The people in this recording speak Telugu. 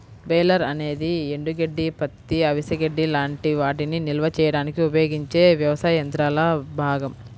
బేలర్ అనేది ఎండుగడ్డి, పత్తి, అవిసె గడ్డి లాంటి వాటిని నిల్వ చేయడానికి ఉపయోగించే వ్యవసాయ యంత్రాల భాగం